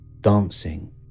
dancing